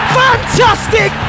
fantastic